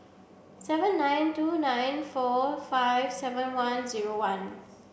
seven nine two nine four five seven one zero one